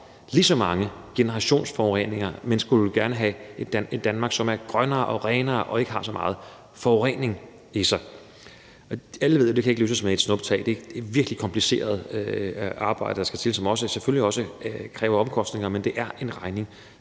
lige så mange generationsforureninger, men gerne skulle have et Danmark, som er grønnere, renere og ikke har så meget forurening i sig. Alle ved, at det ikke kan løses med et snuptag. Det er et virkelig kompliceret arbejde, der skal til, og som selvfølgelig også har nogle omkostninger, men det er en regning,